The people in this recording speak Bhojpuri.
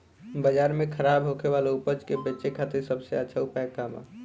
बाजार में खराब होखे वाला उपज के बेचे खातिर सबसे अच्छा उपाय का बा?